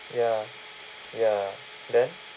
ya ya then